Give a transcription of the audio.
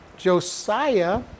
Josiah